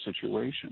situation